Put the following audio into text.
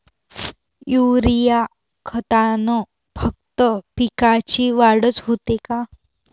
Urea खतानं फक्त पिकाची वाढच होते का?